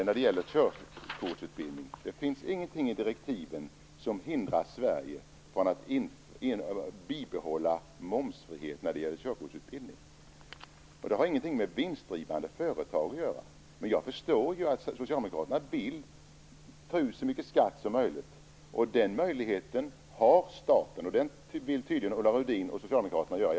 När det gäller körkortsutbildningen finns det ingenting i direktiven som hindrar Sverige från att bibehålla momsfriheten. Det har ingenting med vinstdrivande företag att göra. Men jag förstår att Socialdemokraterna vill ta ut så mycket skatt som möjligt. Den möjligheten har staten, och det vill tydligen Ulla Rudin och Socialdemokraterna göra.